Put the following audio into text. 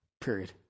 Period